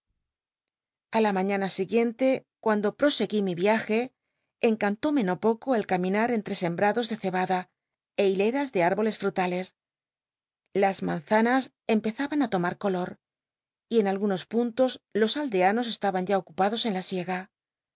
a la mañana siguiente cuando proseguí mi viaje encantóme no poco el caminar entre sembrados de cebada é hileras de árboles frutales jjas manzanas empezaban t tomar color y en algunos puntos los aldeanos estaban ya ocupados en la siega